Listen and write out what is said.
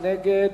מי נגד?